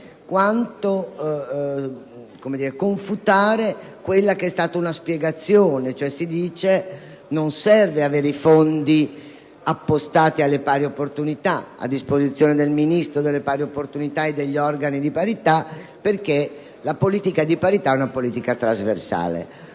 piuttosto confutare quella che è stata una spiegazione: si dice infatti che non serve avere i fondi appostati alle pari opportunità a disposizione del Ministro per le pari opportunità e degli organi di parità, perché la politica di parità è trasversale.